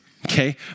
okay